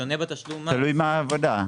תלוי מה העבודה.